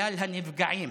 וכלל הנפגעים.